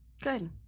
good